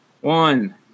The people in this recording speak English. One